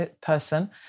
person